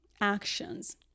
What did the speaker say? actions